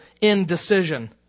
indecision